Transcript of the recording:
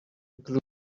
glue